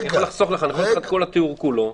אגבל אני יכול לחסוך לך את כל התיאור כולו.